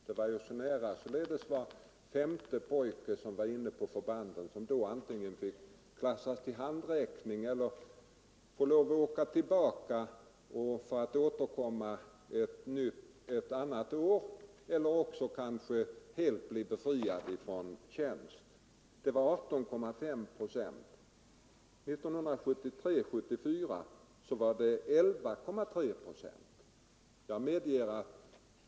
Det var således nära var femte pojke på förbanden som antingen klassades till handräckning eller fick lov att resa hem för att återkomma ett annat år, om han inte blev helt befriad från tjänst. 1973-1974 var siffran Il,3 procent.